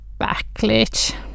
backlit